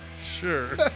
Sure